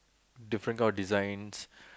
different kind of designs